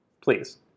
Please